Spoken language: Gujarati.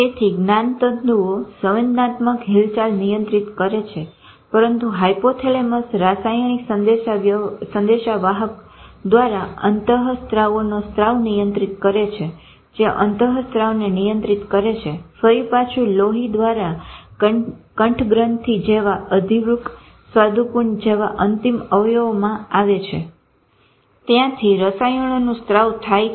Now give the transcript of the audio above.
તેથી જ્ઞાનતંતુઓ સંવેદનાત્મક હિલચાલ નિયંત્રિત કરે છે પરંતુ હાયપોથેલેમસ રસાયણિક સંદેશવાહક દ્વારા અંતહસ્ત્રાવનો સ્ત્રાવ નિયંત્રી કરે છે જે અંતહસ્ત્રાવને નિયંત્રિત કરે છે ફરી પાછું લોહી દ્વારા કંઠગ્રંથી જેવા અધિવૃક્ક સ્વાદુપિંડ જેવા અંતિમ અવ્યવોમાં આવે છે ત્યાંથી રસાયણોનું સ્ત્રાવ થાય છે